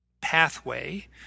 pathway